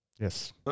Yes